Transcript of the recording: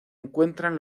encuentran